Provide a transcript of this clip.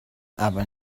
aber